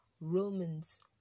Romans